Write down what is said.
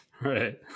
Right